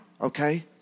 okay